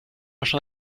schon